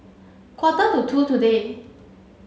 quarter to two today